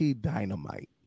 Dynamite